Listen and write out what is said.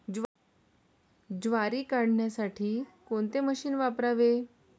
ज्वारी काढण्यासाठी कोणते मशीन वापरावे?